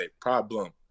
problem